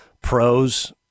pros